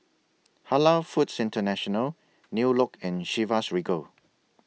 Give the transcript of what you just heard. Halal Foods International New Look and Chivas Regal